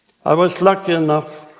i was lucky enough,